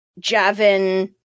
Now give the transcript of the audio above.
Javin